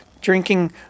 Drinking